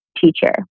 teacher